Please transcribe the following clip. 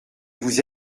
vous